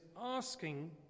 asking